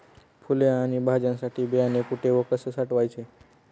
फुले आणि भाज्यांसाठी बियाणे कुठे व कसे साठवायचे?